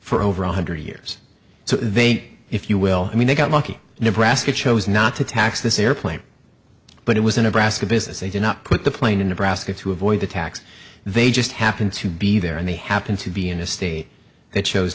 for over one hundred years so they if you will i mean they got lucky nebraska chose not to tax this airplane but it was a nebraska business they did not put the plane in nebraska to avoid the tax they just happen to be there and they happen to be in a state that chose